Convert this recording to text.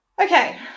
Okay